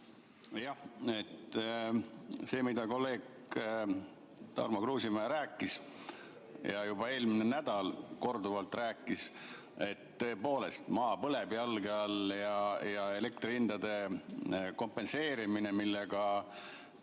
See, mida kolleeg Tarmo Kruusimäe rääkis, juba eelmine nädal korduvalt rääkis, et tõepoolest, maa põleb jalge all ja elektrihindade kompenseerimine, millest